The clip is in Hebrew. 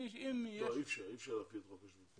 לא, אי אפשר להפעיל את חוק השבות.